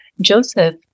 Joseph